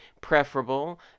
preferable